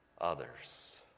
others